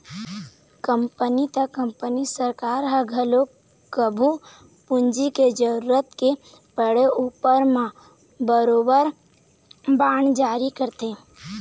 company त company सरकार ह घलोक कभू पूंजी के जरुरत के पड़े उपर म बरोबर बांड जारी करथे